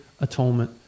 atonement